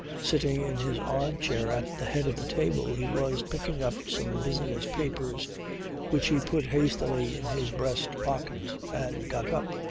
sitting in his arm-chair at the head of the table he was picking up some business papers which he put hastily in his breast pocket and got up.